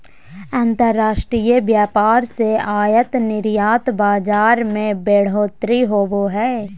अंतर्राष्ट्रीय व्यापार से आयात निर्यात बाजार मे बढ़ोतरी होवो हय